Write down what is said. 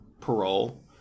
parole